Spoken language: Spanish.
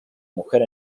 mujer